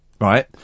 Right